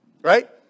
right